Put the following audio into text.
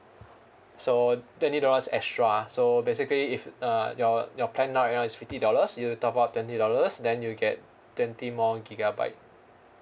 so twenty dollars extra so basically if uh your your plan now around is fifty dollars you top up twenty dollars then you get twenty more gigabyte